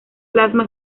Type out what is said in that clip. plasma